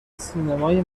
سینمای